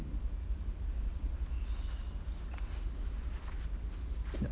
yup